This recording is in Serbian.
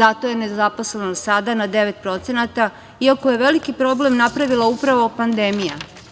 Zato je nezaposlenost sada na 9%, iako je veliki problem napravila upravo pandemija. Bitno